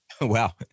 Wow